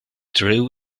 drew